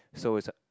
so it's a